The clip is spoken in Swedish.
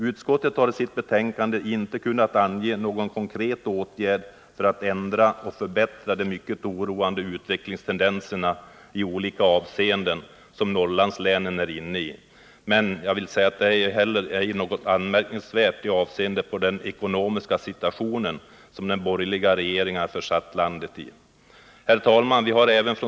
Utskottet har i sitt betänkande inte kunnat ange någon konkret åtgärd för att ändra och förbättra de mycket oroande utvecklingstendenser i olika avseenden som Norrlandslänen är inne i. Detta är ju inte heller anmärkningsvärt med tanke på den ekonomiska situation som de borgerliga regeringarna försatt landet i. Herr talman!